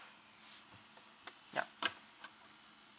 yup